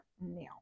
now